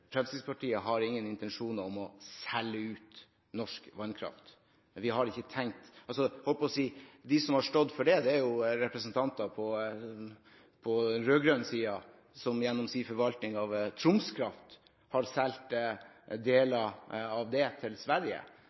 Fremskrittspartiet ikke har noen intensjoner om å selge ut norsk vannkraft. De som har stått for det, er representanter på rød-grønn side, som gjennom sin forvaltning av Troms Kraft har solgt deler av det til Sverige.